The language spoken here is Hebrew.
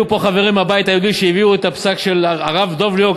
היו פה חברים מהבית היהודי שהביאו את הפסק של הרב דב ליאור,